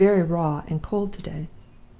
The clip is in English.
it's very raw and cold to-day